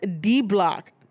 D-Block